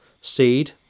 seed